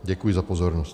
Děkuji za pozornost.